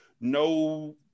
no